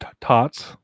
Tots